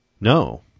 No